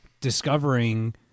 discovering